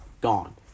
gone